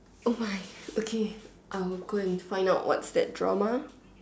oh my okay I will go and find out what's that drama